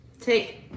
Take